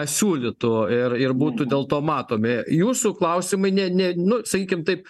siūlytų ir ir būtų dėl to matomi jūsų klausimai ne ne nu sakykim taip